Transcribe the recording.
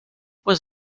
was